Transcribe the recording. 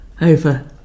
over